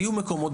יהיו מקומות,